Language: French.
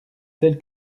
tel